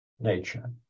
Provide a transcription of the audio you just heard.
nature